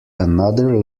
another